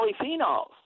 polyphenols